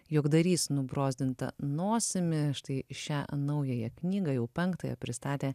juokdarys nubrozdinta nosimi štai šią naująją knygą jau penktąją pristatė